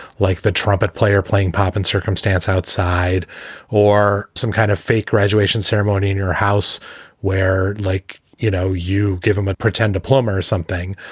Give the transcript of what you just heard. like the trumpet player playing pomp and circumstance outside or some kind of fake graduation ceremony in your house where like, you know, you give him a pretend diploma or something.